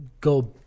go